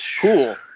Cool